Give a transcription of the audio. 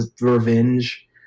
revenge